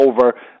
over